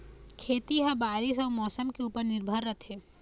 खेती ह बारीस अऊ मौसम के ऊपर निर्भर रथे